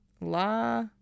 la